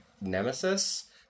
Nemesis